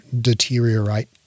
deteriorate